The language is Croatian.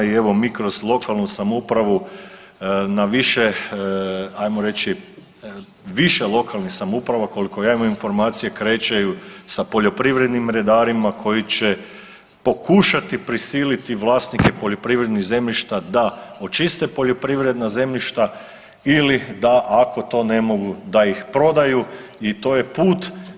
I evo mi kroz lokalnu samoupravu na više ajmo reći više lokalnih samouprava koliko ja imam informacije krećeju sa poljoprivrednim redarima koji će pokušati prisiliti vlasnike poljoprivrednih zemljišta da očiste poljoprivredna zemljišta ili da ako to ne mogu da ih prodaju i to je put.